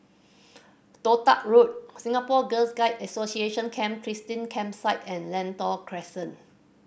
Toh Tuck Road Singapore Girl Guides Association Camp Christine Campsite and Lentor Crescent